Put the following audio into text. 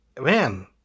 man